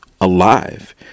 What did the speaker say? alive